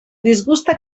disguste